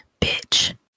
bitch